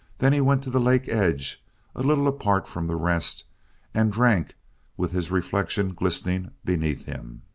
then he went to the lake edge a little apart from the rest and drank with his reflection glistening beneath him.